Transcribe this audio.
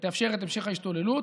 ותאפשר את המשך ההשתוללות.